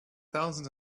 thousands